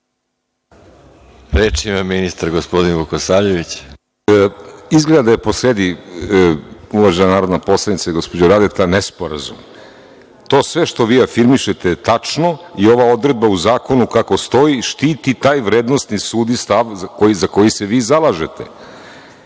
Vukosavljević. **Vladan Vukosavljević** Izgleda da je po sredi, uvažena narodna poslanice, gospođo Radeta nesporazum. To sve što vi afirmišete je tačno i ova odredba u zakonu kako stoji štiti taj vrednosni sud i stav za koji se vi zalažete. Vaša